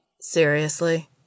Seriously